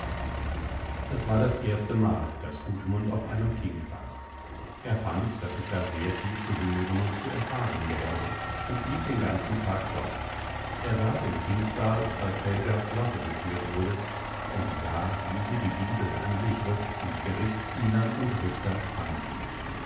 es war das erste mal daß gudmund auf einem thing war er fand daß es da sehr viel zu hören und zu erfahren gäbe und blieb den ganzen tag dort er saß im thingsaal als helgas sache geführt wurde und sah wie sie die bibel an sich riß und gerichtsdienern und richter standhielt